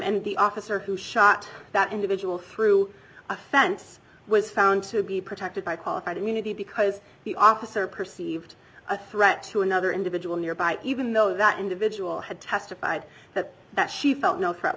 and the officer who shot that individual through a fence was found to be protected by qualified immunity because the officer perceived a threat to another individual nearby even though that individual had testified that that she felt no threat